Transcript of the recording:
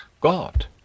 God